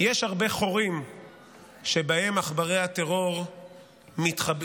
הרבה חורים שבהם עכברי הטרור מתחבאים,